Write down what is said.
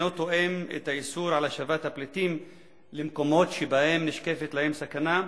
הוא אינו תואם את האיסור של השבת הפליטים למקומות שבהם נשקפת להם סכנה.